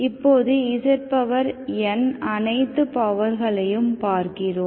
இப்போது zn அனைத்து பவர்களையும் பார்க்கிறோம்